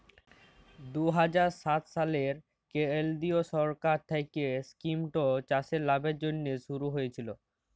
দু হাজার সাত সালে কেলদিরিয় সরকার থ্যাইকে ইস্কিমট চাষের লাভের জ্যনহে শুরু হইয়েছিল